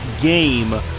game